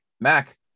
Mac